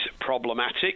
problematic